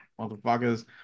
motherfuckers